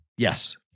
Yes